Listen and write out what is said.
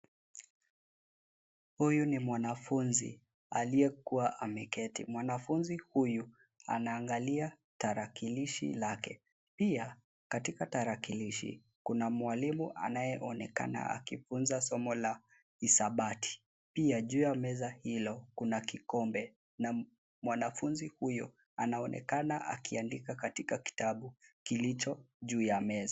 Huyu ni mwanafunzi aliyekua ameketi. Mwanafunzi huyu anaangalia tarakilishi lake. Pia katikati tarakilishi kuna mwalimu anayeonekana akifunza somo la hisabati. Juu ya meza hilo kuna kikombe na mwanafunzi huyo anaonekana akiandika katika kitabu kilicho juu ya meza.